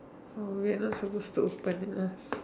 oh wait we are not supposed to open it lah